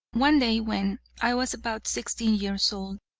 one day when i was about sixteen years old,